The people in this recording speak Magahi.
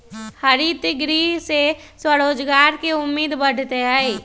हरितगृह से स्वरोजगार के उम्मीद बढ़ते हई